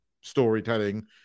storytelling